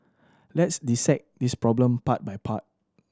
let's dissect this problem part by part